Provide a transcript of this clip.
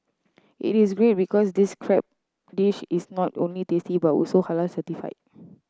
it is great because this crab dish is not only tasty but also Halal certified